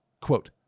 Quote